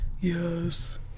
Yes